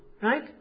Right